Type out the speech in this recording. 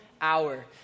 hour